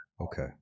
Okay